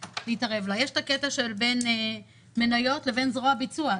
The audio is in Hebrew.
להתערב לה יש את הקטע שבין מניות לבין זרוע ביצוע,